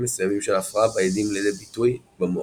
מסוימים של ההפרעה באים לידי ביטוי במוח.